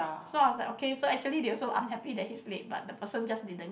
so I was like okay so actually they also unhappy that he's late but the person just didn't